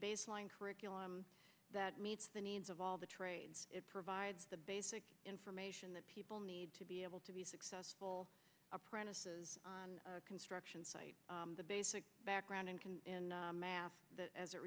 baseline curriculum that meets the needs of all the trades it provides the basic information that people need to be able to be successful apprentices on a construction site the basic background and can match that as it